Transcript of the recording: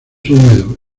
húmedo